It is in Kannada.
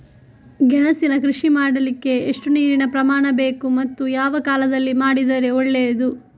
ಗೆಣಸಿನ ಕೃಷಿ ಮಾಡಲಿಕ್ಕೆ ಎಷ್ಟು ನೀರಿನ ಪ್ರಮಾಣ ಬೇಕು ಮತ್ತು ಯಾವ ಕಾಲದಲ್ಲಿ ಮಾಡಿದರೆ ಒಳ್ಳೆಯದು?